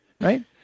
right